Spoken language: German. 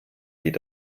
geht